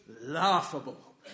laughable